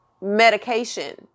Medication